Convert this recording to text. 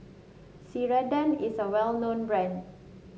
Ceradan is a well known brand